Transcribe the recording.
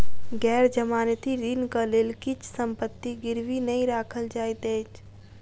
गैर जमानती ऋणक लेल किछ संपत्ति गिरवी नै राखल जाइत अछि